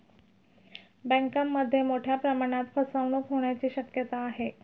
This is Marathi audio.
बँकांमध्ये मोठ्या प्रमाणात फसवणूक होण्याची शक्यता आहे